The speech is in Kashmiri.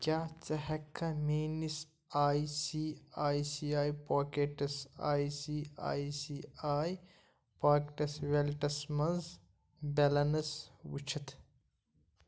کیٛاہ ژٕ ہٮ۪کٕکھا میٛٲنِس I C I C I packets I C I C I packets wallets منٛز بیلَنس ؤچھِتھ